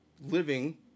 living